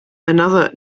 another